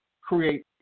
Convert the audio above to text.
create